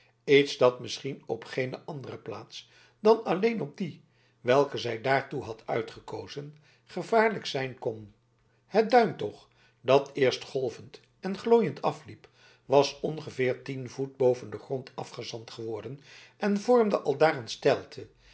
iets dat misschien op geene andere plaats dan alleen op die welke zij daartoe had uitgekozen gevaarlijk zijn kon het duin toch dat eerst golvend en glooiend afliep was ongeveer tien voet boven den grond afgezand geworden en vormde aldaar een steilte